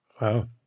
Wow